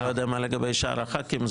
אני לא יודע מה לגבי שאר חברי הכנסת.